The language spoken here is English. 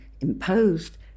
imposed